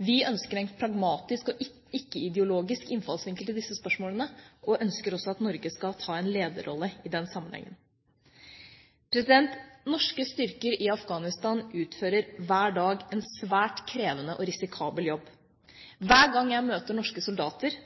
Vi ønsker en pragmatisk og ikke-ideologisk innfallsvinkel til disse spørsmålene, og ønsker også at Norge skal ta en lederrolle i den sammenhengen. Norske styrker i Afghanistan utfører hver dag en svært krevende og risikabel jobb. Hver gang jeg møter norske soldater,